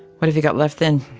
what have you got left then?